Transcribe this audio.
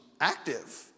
active